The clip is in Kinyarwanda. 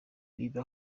biba